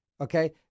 Okay